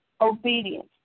obedience